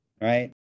right